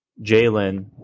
Jalen